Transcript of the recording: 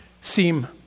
seem